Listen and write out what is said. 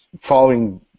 following